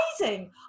amazing